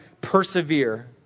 persevere